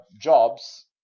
jobs